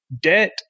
debt